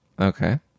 Okay